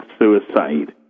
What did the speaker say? suicide